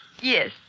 Yes